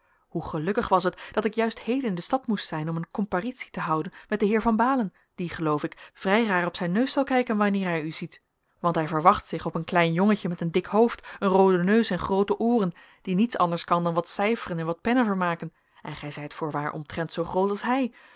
hoe gelukkig was het dat ik juist heden in de stad moest zijn om een comparitie te houden met den heer van baalen die geloof ik vrij raar op zijn neus zal kijken wanneer hij u ziet want hij verwacht zich op een klein jongetje met een dik hoofd een rooden neus en groote ooren die niets anders kan dan wat cijferen en wat pennen vermaken en gij zijt voorwaar omtrent zoo groot als hij